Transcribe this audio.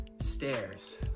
stairs